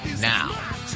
now